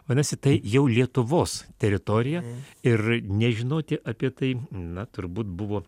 vadinasi tai jau lietuvos teritorija ir nežinoti apie tai na turbūt buvo